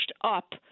up